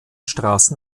straßen